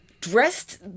dressed